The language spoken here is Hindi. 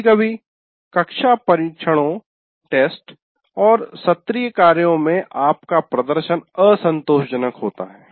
कभी कभी कक्षा परीक्षणों और सत्रीय कार्यों में आपका प्रदर्शन असंतोषजनक होता है